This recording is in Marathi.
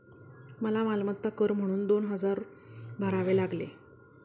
मला मालमत्ता कर म्हणून दोन हजार भरावे लागले